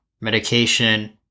medication